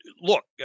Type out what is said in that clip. look